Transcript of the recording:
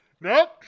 Nope